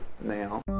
now